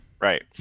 Right